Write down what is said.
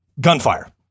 gunfire